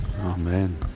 Amen